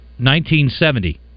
1970